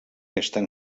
estan